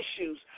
issues